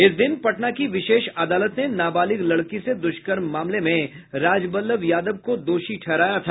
इस दिन पटना के विशेष अदालत ने नाबालिग लड़की से दुष्कर्म मामले में राजवल्लभ यादव को दोषी ठहराया था